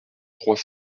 trois